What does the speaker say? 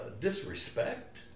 disrespect